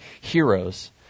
heroes